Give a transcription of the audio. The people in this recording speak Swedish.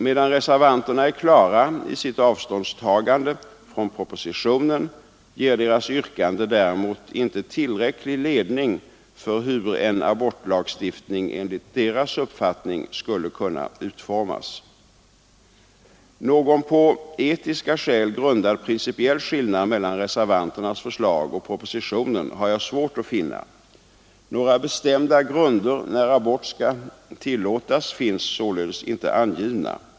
Medan reservanterna är klara i sitt avståndstagande från propositionen ger deras yrkande däremot inte tillräcklig ledning för hur en abortlagstiftning enligt deras uppfattning skulle kunna utformas. Någon på etiska skäl grundad principiell skillnad mellan reservanternas förslag och propositionen har jag svårt att finna. Några bestämda grunder när abort skall tillåtas finns således inte angivna.